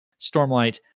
Stormlight